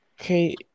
Okay